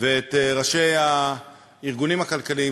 את ראשי הארגונים הכלכליים,